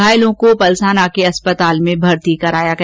घायलों को पलसाना अस्पताल में भर्ती कराया गया